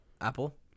apple